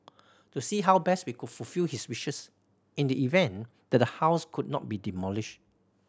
to see how best we could fulfil his wishes in the event that the house could not be demolished